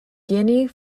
guinea